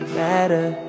matter